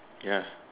ya